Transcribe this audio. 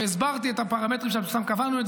והסברתי את הפרמטרים שאנחנו קבענו,